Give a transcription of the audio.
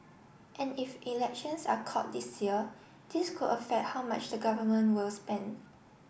and if elections are called this year this could affect how much the government will spend